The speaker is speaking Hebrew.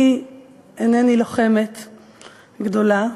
אני אינני לוחמת גדולה,